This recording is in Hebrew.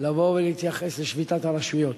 לבוא ולהתייחס לשביתת הרשויות.